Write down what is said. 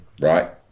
right